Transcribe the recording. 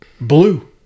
blue